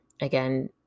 again